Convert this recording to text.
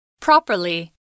Properly